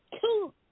two